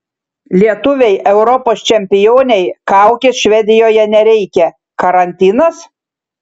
lietuvei europos čempionei kaukės švedijoje nereikia karantinas